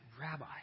Rabbi